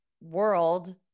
world